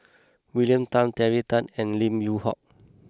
William Tan Terry Tan and Lim Yew Hock